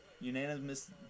unanimous